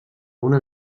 una